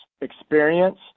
experience